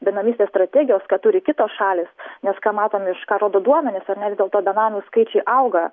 benamystės strategijos ką turi kitos šalys nes ką matom iš ką rodo duomenys ar ne vis dėlto benamių skaičiai auga